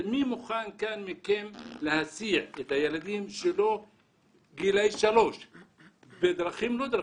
מי מכם מוכן להסיע את הילדים שלו בגילאי שלוש בדרכים לא-דרכים,